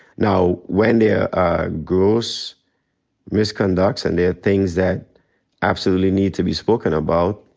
now, when there are gross misconducts and there are things that absolutely need to be spoken about,